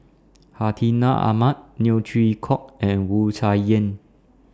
Hartinah Ahmad Neo Chwee Kok and Wu Tsai Yen